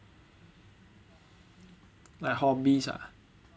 like hobbies ah